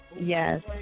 yes